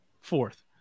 Fourth